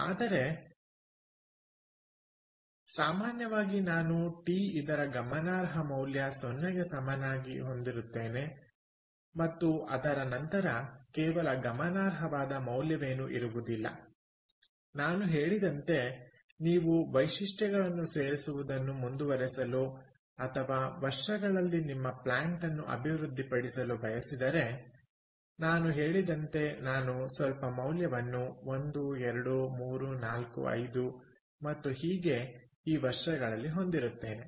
ಆದರೆ ಸಾಮಾನ್ಯವಾಗಿ ನಾನು t ಇದರ ಗಮನಾರ್ಹ ಮೌಲ್ಯ 0 ಗೆ ಸಮನಾಗಿ ಹೊಂದಿರುತ್ತೇನೆ ಮತ್ತು ಅದರ ನಂತರ ಕೇವಲ ಗಮನಾರ್ಹವಾದ ಮೌಲ್ಯವೇನು ಇರುವುದಿಲ್ಲ ನಾನು ಹೇಳಿದಂತೆ ನೀವು ವೈಶಿಷ್ಟ್ಯಗಳನ್ನು ಸೇರಿಸುವುದನ್ನು ಮುಂದುವರಿಸಲು ಅಥವಾ ವರ್ಷಗಳಲ್ಲಿ ನಿಮ್ಮ ಪ್ಲಾಂಟ್ ಅನ್ನು ಅಭಿವೃದ್ಧಿಪಡಿಸಲು ಬಯಸಿದರೆ ನಾನು ಹೇಳಿದಂತೆ ನಾನು ಸ್ವಲ್ಪ ಮೌಲ್ಯವನ್ನು 1 2 3 4 5 ಮತ್ತು ಹೀಗೆ ಈ ವರ್ಷಗಳಲ್ಲಿ ಹೊಂದಿರುತ್ತೇನೆ